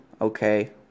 okay